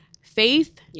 Faith